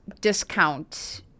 discount